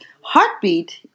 Heartbeat